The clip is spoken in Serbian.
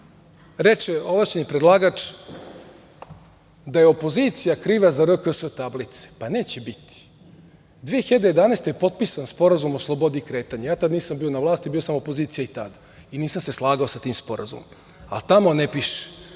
reče ovlašćeni predlagač da je opozicija kriva za RKS tablice, pa neće biti. Godine 2011. je potpisan Sporazum o slobodi kretanja. Ja tada nisam bio na vlasti. Bio sam opozicija i tada i nisam se slagao sa tim sporazumom, a tamo ne piše